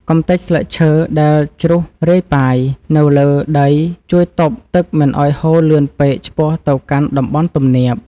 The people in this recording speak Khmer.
កម្ទេចស្លឹកឈើដែលជ្រុះរាយប៉ាយនៅលើដីជួយទប់ទឹកមិនឱ្យហូរលឿនពេកឆ្ពោះទៅកាន់តំបន់ទំនាប។កម្ទេចស្លឹកឈើដែលជ្រុះរាយប៉ាយនៅលើដីជួយទប់ទឹកមិនឱ្យហូរលឿនពេកឆ្ពោះទៅកាន់តំបន់ទំនាប។